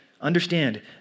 understand